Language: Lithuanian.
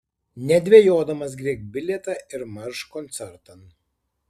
nedvejodamas griebk bilietą ir marš koncertan